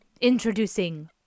Introducing